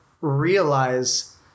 realize